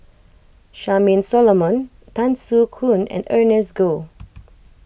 Charmaine Solomon Tan Soo Khoon and Ernest Goh